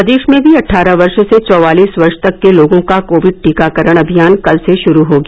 प्रदेश में भी अट्ठारह वर्ष से चौवालीस वर्ष तक के लोगों का कोविड टीकाकरण अभियान कल से शुरू हो गया